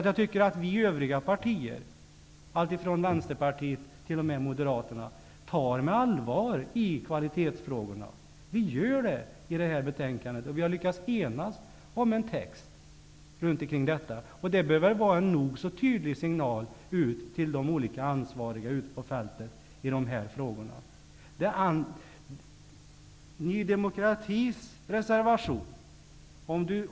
Jag tycker att övriga partier, alltifrån Vänsterpartiet till Moderaterna, tar kvalitetsfrågorna på allvar. Vi gör det i detta betänkande. Vi har lyckats enas om en text runt detta. Det bör vara en nog så tydlig signal till de olika ansvariga i de här frågorna ute på fältet.